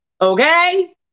Okay